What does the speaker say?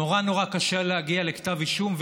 נורא נורא קשה להגיע לכתב אישום,